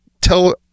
tell